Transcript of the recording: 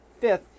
fifth